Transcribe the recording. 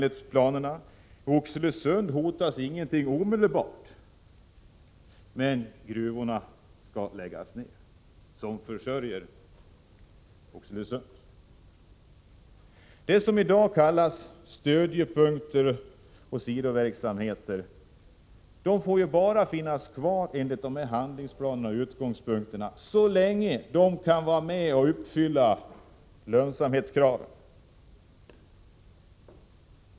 I Oxelösund hotas inget omedelbart, men de gruvor som försörjer Oxelösund skall läggas ned. Det som i dag kallas stödjepunkter och sidoverksamheter får enligt handlingsplanens utgångspunkter finnas kvar bara så länge som de kan bidra till att uppfylla lönsamhetskraven.